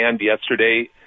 yesterday